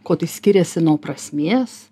kuo tai skiriasi nuo prasmės